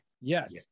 yes